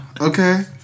Okay